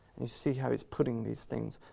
and you see how he's putting these things,